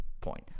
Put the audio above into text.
point